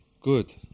good